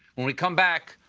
when we come back,